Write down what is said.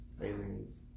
aliens